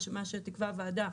מה שתקבע הוועדה,